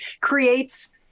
creates